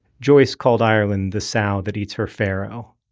joyce called ireland the sow that eats her farrow,